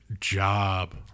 job